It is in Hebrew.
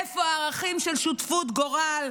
איפה הערכים של שותפות גורל?